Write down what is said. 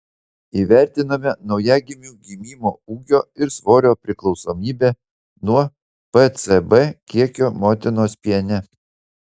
įvertinome naujagimių gimimo ūgio ir svorio priklausomybę nuo pcb kiekio motinos piene